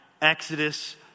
Exodus